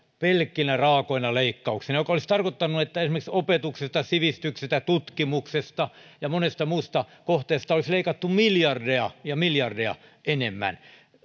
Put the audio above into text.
pelkkinä raakoina leikkauksina mikä olisi tarkoittanut että esimerkiksi opetuksesta sivistyksestä tutkimuksesta ja monesta muusta kohteesta olisi leikattu miljardeja ja miljardeja enemmän